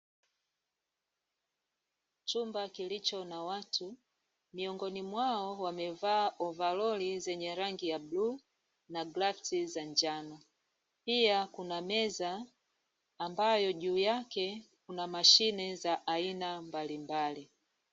Chumba kilicho na watu, miongoni mwao wamevaa ovaroli zenye rangi ya bluu na glavu za njano, pia kuna meza ambayo juu yake kuna mashine za aina mbalimbali.